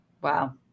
Wow